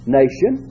nation